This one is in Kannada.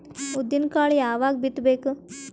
ಉದ್ದಿನಕಾಳು ಯಾವಾಗ ಬಿತ್ತು ಬೇಕು?